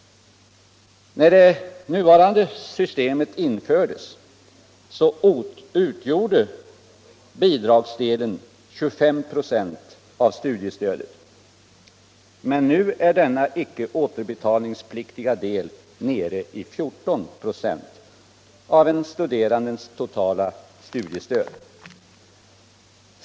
När det nuvarande systemet infördes utgjorde bidragsdelen 25 96 av studiestödet, men nu är denna icke återbetalningspliktiga del nere i 14 96 av en studerandes totala studiestöd.